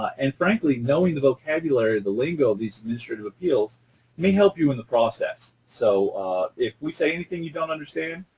and, frankly, knowing the vocabulary of the lingo of these administrative appeals may help you in the process. so if we say anything you don't understand,